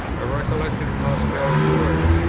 i recollected pascal's words,